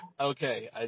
Okay